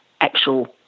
actual